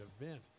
event